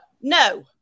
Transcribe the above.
No